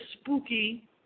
spooky